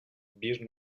bir